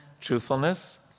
Truthfulness